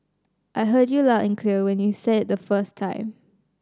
I heard you loud and clear when you said the first time